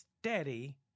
steady